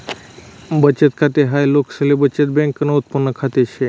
बचत खाते हाय लोकसले बचत बँकन उत्पादन खात से